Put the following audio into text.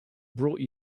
brought